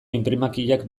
inprimakiak